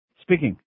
Speaking